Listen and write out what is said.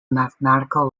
mathematical